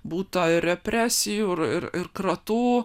būta ir represijų ir ir kratų